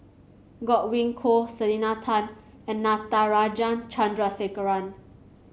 Godwin Koay Selena Tan and Natarajan Chandrasekaran